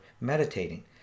meditating